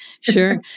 Sure